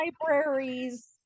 libraries